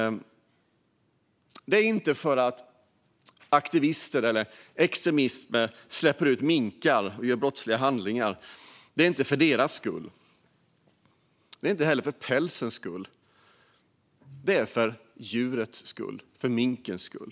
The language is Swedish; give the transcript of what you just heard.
Detta handlar inte om att aktivister eller extremister släpper ut minkar och begår brottsliga handlingar; det är inte för deras skull. Det är inte heller för pälsens skull. Det är för djurets skull - för minkens skull.